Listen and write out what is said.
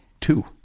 Two